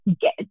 get